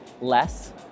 less